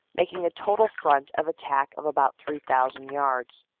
making a total front of attack of about three thousand yards.